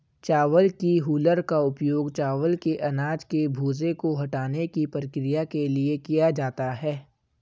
चावल की हूलर का उपयोग चावल के अनाज के भूसे को हटाने की प्रक्रिया के लिए किया जाता है